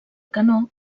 canó